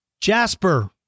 Jasper